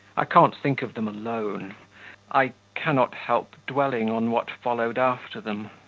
i can't think of them alone i cannot help dwelling on what followed after them,